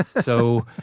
so